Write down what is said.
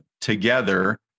together